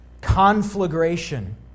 conflagration